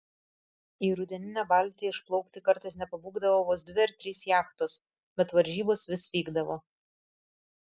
į rudeninę baltiją išplaukti kartais nepabūgdavo vos dvi ar trys jachtos bet varžybos vis vykdavo